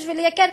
כדי לייקר,